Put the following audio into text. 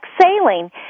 sailing